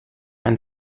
and